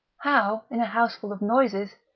how, in a houseful of noises,